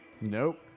Nope